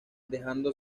dejando